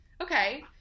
okay